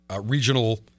regional